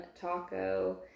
taco